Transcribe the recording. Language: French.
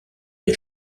des